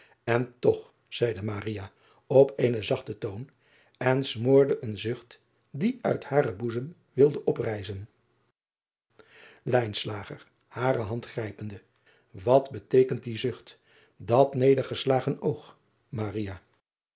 n toch zeide op eenen zachten toon en smoorde een zucht die uit haren boezem wilde oprijzen are hand grijpende at beteekent die zucht dat nedergeslagen oog